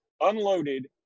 unloaded